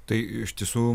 tai ištisų